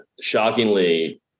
shockingly